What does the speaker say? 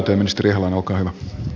arvoisa puhemies